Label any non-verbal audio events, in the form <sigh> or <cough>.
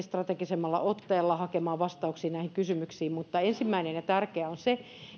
<unintelligible> strategisemmalla otteella vastauksia näihin kysymyksiin mutta ensimmäinen ja tärkeä on se